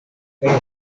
kaj